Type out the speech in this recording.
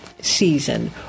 season